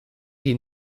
die